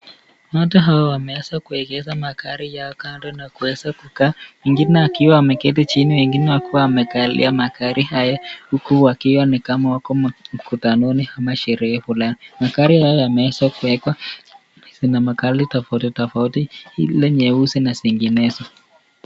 Watu hawa wameeza kuegeza magari yao kando na kuweza kukaa. Mwingine akiwa ameketi chini na wengine wamekalia magari haya huku wakiwa ni kama wako mkutanoni ama sherehe fulani. Magari haya yameeza kuekwa. Zina magari tofauti tofauti, ile nyeusi na zinginezo.